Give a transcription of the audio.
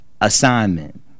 assignment